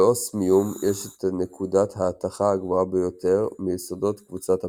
לאוסמיום יש את נקודת ההתכה הגבוהה ביותר מיסודות קבוצת הפלטינה.